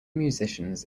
musicians